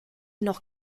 noch